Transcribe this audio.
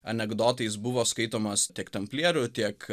anekdotais buvo skaitomas tiek tamplierių tiek